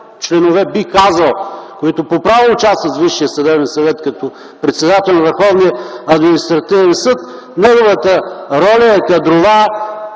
членове, бих казал, които по право участват във Висшия съдебен съвет, като председател на Върховния административен съд неговата роля е кадрова,